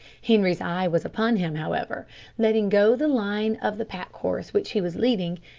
henri's eye was upon him, however letting go the line of the pack-horse which he was leading,